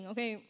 Okay